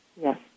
Yes